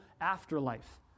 afterlife